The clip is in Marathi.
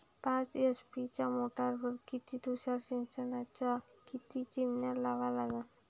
पाच एच.पी च्या मोटारीवर किती तुषार सिंचनाच्या किती चिमन्या लावा लागन?